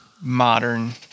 modern